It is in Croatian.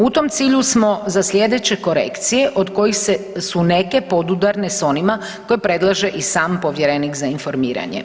U tom cilju smo za sljedeće korekcije od kojih su neke podudarne s onima koje predlaže i sam Povjerenik za informiranje.